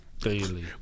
Daily